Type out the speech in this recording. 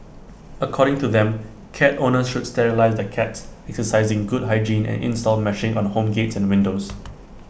according to them cat owners should sterilise their cats exercise good hygiene and install meshing on home gates and windows